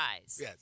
Yes